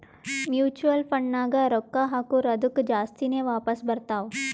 mutual ಫಂಡ್ನಾಗ್ ರೊಕ್ಕಾ ಹಾಕುರ್ ಅದ್ದುಕ ಜಾಸ್ತಿನೇ ವಾಪಾಸ್ ಬರ್ತಾವ್